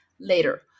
later